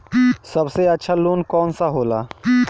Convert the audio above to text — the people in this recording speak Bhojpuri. सबसे अच्छा लोन कौन सा होला?